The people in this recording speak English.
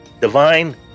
divine